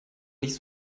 nicht